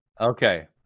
Okay